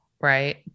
right